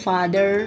Father